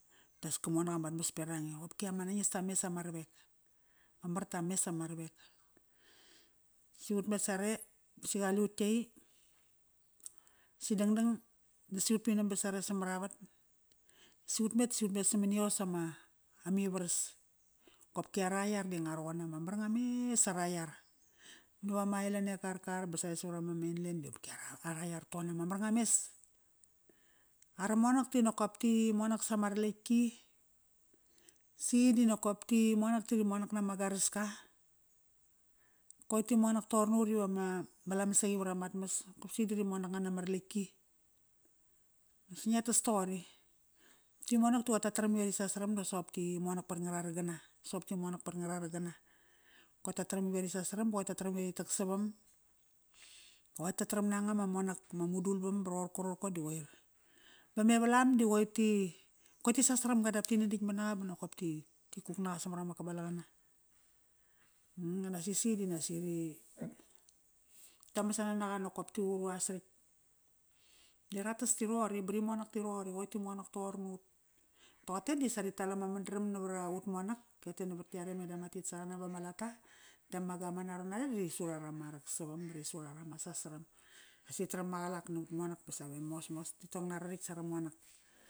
das ka monak angat mas beraqane, qopki ama nangista mes ama ravek. Ma marta mes ama ravek. Si ut met sare, si qale ut yai, si dangdang natk si ut vinam ba sare samaravat. Si ut met, si ut met samani os ama, amivaras. Qopki ara iar di nga roqona, ma maringa mes ara iar. Navama island e Karkar ba sare savrama mainland di qopki ara, ara iar toqona ma marnga mes. Ara monak di nokop ti monak sama raletki, si di nokop ti monak ti romonak nama garaska. Koir ti monak toqon nut ivama lamasaqi varamat mas. Kop si di ri monak nga nama rletki. Sa ngia tas toqori. Timonak di qoir tataram ive ri sasaram dap ti monak vat ngara rangana. Soqop ti monak vat ngara ragana. Qoir ta taram ive ri sasaram ba qoir ta taram ive ri taksavam ba qoir ta taram na anga ma monak. Mudulvam ba roqorkoro qorko da qoir. Ba me valam da qoir ti, qoiti sasaramga dap ti naditkmat naqa banokop ti kuk naqa samat ama kabala qana. qanak si, si di nak saqi ri tamasana naqa nokop ti quru a saritk. Di ratas di roqori ba rimonak di roqor. Qoiti monak toqor nut. Toqote di sa ri tal ama mandaram navarut monak da navat yare medam titsa qana bama lata dama gaman, are di meda ri sura rama raksavam ba ri sura rama sasaram. Sa ri tram maqalak nut monak ba save mosmos titong nara ritk sara monak.